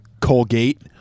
Colgate